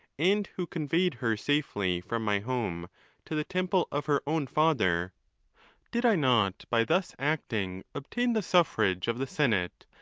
and who conveyed her safely from my home to the temple of her own father did i not by thus acting obtain the suffrage of the senate,